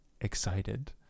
excited